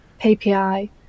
ppi